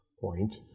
point